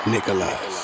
Nicholas